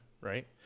right